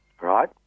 Right